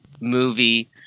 movie